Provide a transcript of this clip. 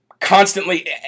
constantly